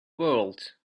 world